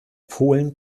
polen